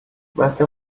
متن